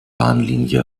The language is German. bahnlinie